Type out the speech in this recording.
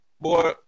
Boy